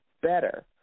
better